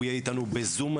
הוא יהיה איתנו בזום,